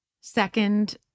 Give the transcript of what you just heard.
second